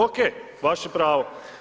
Ok, vaše pravo.